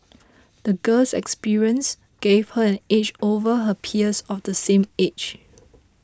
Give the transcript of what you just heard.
the girl's experience gave her an edge over her peers of the same age